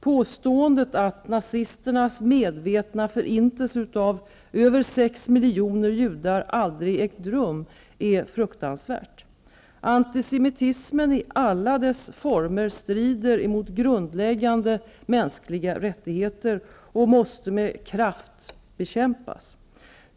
Påståendet att nazisternas med vetna förintelse av över sex miljoner judar aldrig ägt rum är fruktansvärt. Antisemitismen i alla dess former strider mot grundläggande mänskliga rät tigheter och måste med kraft bekämpas.